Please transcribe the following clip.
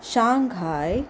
Shanghai